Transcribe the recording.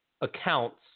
accounts